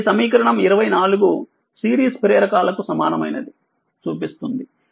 కాబట్టి సమీకరణం 24 సిరీస్ ప్రేరకకు సమానమైనది చూపిస్తుంది